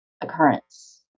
occurrence